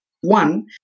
One